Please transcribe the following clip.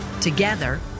Together